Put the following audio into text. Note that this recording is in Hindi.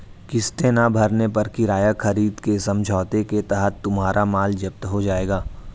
किस्तें ना भरने पर किराया खरीद के समझौते के तहत तुम्हारा माल जप्त हो जाएगा